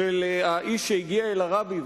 על האיש שהגיע אל הרבי,